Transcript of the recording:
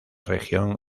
región